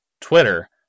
Twitter